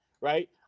right